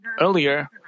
Earlier